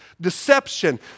deception